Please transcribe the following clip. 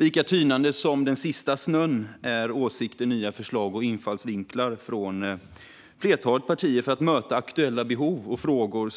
Lika tynande som den sista snön är åsikter och nya förslag och infallsvinklar från flertalet partier för att möta aktuella behov och frågor